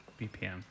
BPM